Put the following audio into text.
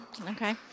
Okay